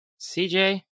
CJ